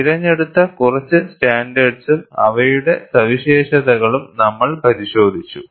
തിരഞ്ഞെടുത്ത കുറച്ച് സ്റ്റാൻഡേർഡ്സും അവയുടെ സവിശേഷതകളും നമ്മൾ പരിശോധിച്ചു